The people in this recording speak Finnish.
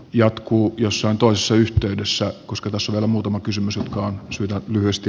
jatkuu jossain tuossa yhteydessä koska kasvio muutama kysymys on syytä lyhyesti